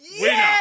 Winner